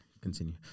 Continue